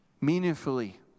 meaningfully